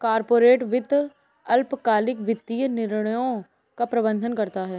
corporate वित्त अल्पकालिक वित्तीय निर्णयों का प्रबंधन करता है